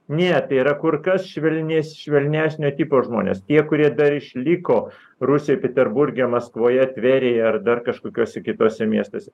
ne tai yra kur kas švelnes švelnesnio tipo žmonės tie kurie dar išliko rusijoj peterburge maskvoje tverėje ar dar kažkokiuose kituose miestuose